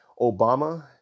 Obama